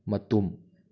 ꯃꯇꯨꯝ